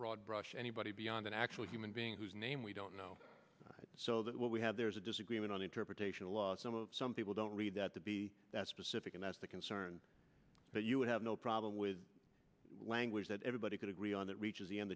broadbrush anybody beyond an actual human being who's name we don't know so that what we have there is a disagreement on interpretation laws some of some people don't read that to be that specific and that's the concern that you would have no problem with language that everybody could agree on that reaches the end